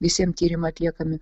visiem tyrimai atliekami